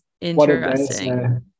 interesting